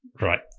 Right